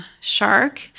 shark